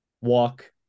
walk